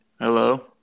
Hello